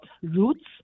roots